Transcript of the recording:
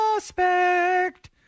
suspect